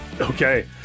Okay